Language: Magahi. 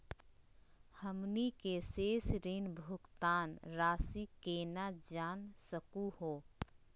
हमनी के शेष ऋण भुगतान रासी केना जान सकू हो?